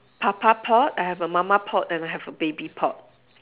papa pot I have a mama pot and I have a baby pot